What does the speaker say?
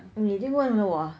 你已经问了我